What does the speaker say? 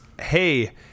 Hey